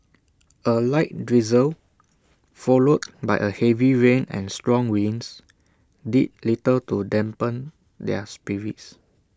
A light drizzle followed by A heavy rain and strong winds did little to dampen their spirits